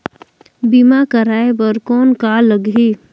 बीमा कराय बर कौन का लगही?